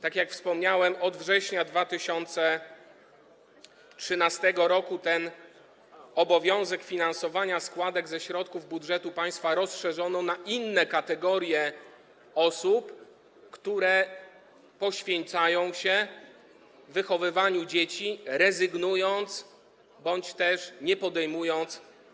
Tak jak wspomniałem, od września 2013 r. ten obowiązek finansowania składek ze środków budżetu państwa rozszerzono na inne kategorie osób, które poświęcając się wychowywaniu dzieci, rezygnują z pracy zawodowej bądź też jej nie podejmują.